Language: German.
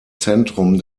zentrum